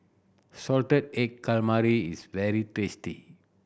salted egg calamari is very tasty